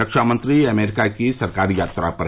रक्षामंत्री अमरीका की सरकारी यात्रा पर हैं